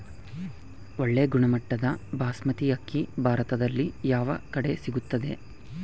ಒಳ್ಳೆ ಗುಣಮಟ್ಟದ ಬಾಸ್ಮತಿ ಅಕ್ಕಿ ಭಾರತದಲ್ಲಿ ಯಾವ ಕಡೆ ಸಿಗುತ್ತದೆ?